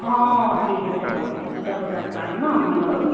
অঁ ঠিক আছে বাৰু হ'ব দুটা বজাত পাম ন মই লগ